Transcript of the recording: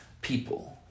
people